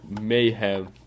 mayhem